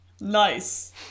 Nice